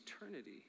eternity